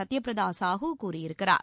சத்யபிரதா சாலு கூறியிருக்கிறார்